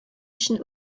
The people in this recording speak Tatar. өчен